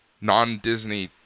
non-Disney